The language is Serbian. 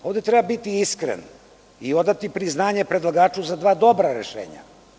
Ovde treba biti iskren i odati priznanje predlagaču za dva dobra rešenja.